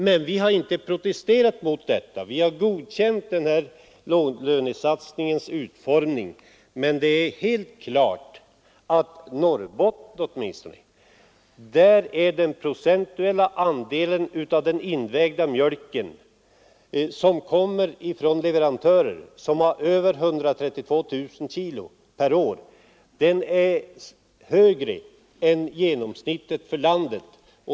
Vi har dock inte protesterat, utan vi har godkänt denna låglönesatsnings utformning. Men det är helt klart att i Norrbotten är den procentuella andel av den invägda mjölken som kommer från leverantörer med över 132 000 kg per år högre än genomsnittet för landet.